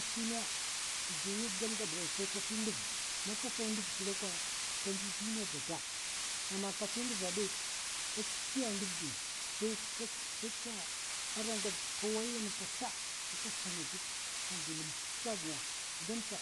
Skwi me? Te duniya gudam gaba ɓaya sai kafi nduv, man ka fau nduv se ɓakwa ka ndi duniya avata, amma kafi nduv aèi, ka cho skwi a ndav èi, sai ka cha ara ngeɓ ka way yam ntasla aka sana giɓ. agi lumtsiktsil avungaya, gudamsa